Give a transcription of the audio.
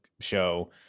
show